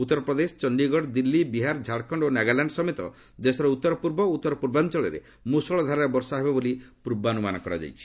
ଉତ୍ତର ପ୍ରଦେଶ ଚଣ୍ଡୀଗଡ଼ ଦିଲ୍ଲୀ ବିହାର ଝାଡ଼ଖଣ୍ଡ ଓ ନାଗାଲ୍ୟାଣ୍ଡ ସମେତ ଦେଶର ଉତ୍ତର ପୂର୍ବ ଓ ଉତ୍ତର ପୂର୍ବାଞ୍ଚଳରେ ମୃଷଳ ଧାରାରେ ବର୍ଷା ହେବ ବୋଲି ପୂର୍ବାନୁମାନ କରାଯାଇଛି